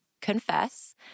confess